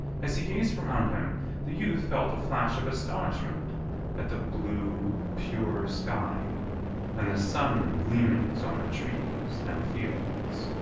as he gazed around him the youth felt a flash of astonishment at the blue, pure sky and the sun gleamings on the trees and fields.